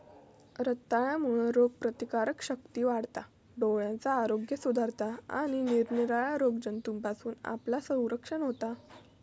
रताळ्यांमुळे रोगप्रतिकारशक्ती वाढता, डोळ्यांचा आरोग्य सुधारता आणि निरनिराळ्या रोगजंतूंपासना आपला संरक्षण होता